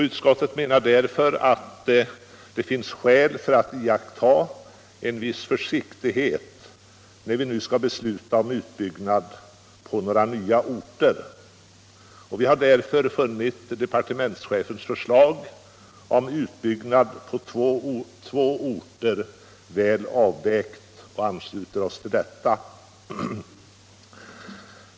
Därför menar utskottet att det finns skäl att iaktta en viss försiktighet när vi nu skall besluta om utbyggnad på några nya orter. Vi har funnit departementschefens förslag om utbyggnad på två orter väl avvägt och ansluter oss till detta.